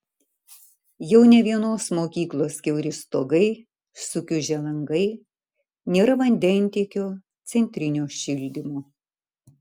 jau ne vienos mokyklos kiauri stogai sukiužę langai nėra vandentiekio centrinio šildymo